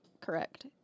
correct